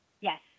Yes